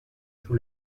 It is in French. sous